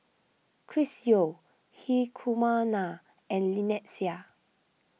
Chris Yeo Hri Kumar Nair and Lynnette Seah